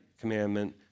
commandment